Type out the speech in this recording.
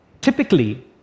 Typically